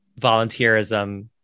volunteerism